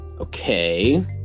Okay